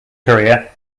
career